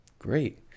Great